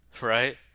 right